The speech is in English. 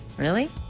really?